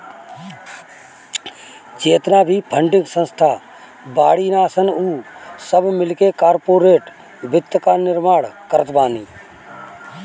जेतना भी फंडिंग संस्था बाड़ीन सन उ सब मिलके कार्पोरेट वित्त कअ निर्माण करत बानी